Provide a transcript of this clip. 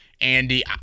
Andy